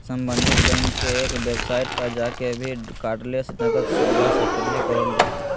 सम्बंधित बैंक के वेबसाइट पर जाके भी कार्डलेस नकद सुविधा सक्रिय करल जा हय